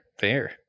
Fair